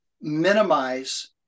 minimize